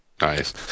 nice